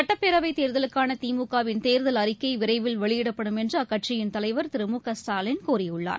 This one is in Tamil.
சட்டப்பேரவைதேர்தலுக்கானதிமுக விள் தேர்தல் அறிக்கைவிரைவில் வெளியிடப்படும் என்றுஅக்கட்சியின் தலைவர் திருழுகஸ்டாலின் கூறியுள்ளார்